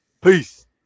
peace